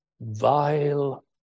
Vile